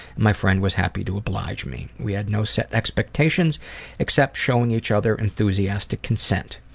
my friend was happy to oblige me. we had no set expectations except showing each other enthusiastic consent.